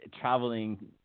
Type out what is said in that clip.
traveling